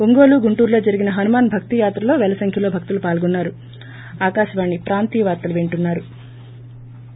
ఒంగోలు గుంటూరులో జరిగిన హనుమాన్ భక్తి యాత్రలో పేల సంఖ్యలో భక్తులు పాల్గొన్సారు